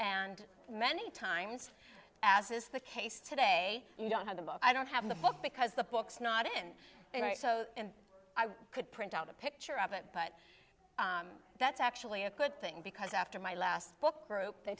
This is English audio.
and many times as is the case today you don't have the book i don't have the book because the book's not in there right and i could print out a picture of it but that's actually a good thing because after my last book group they